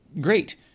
great